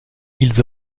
ils